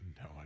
No